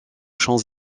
champs